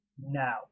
now